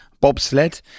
bobsled